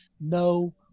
No